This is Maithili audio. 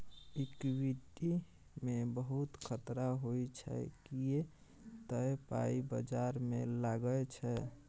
इक्विटी मे बहुत खतरा होइ छै किए तए पाइ बजार मे लागै छै